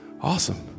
Awesome